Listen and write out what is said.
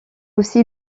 aussi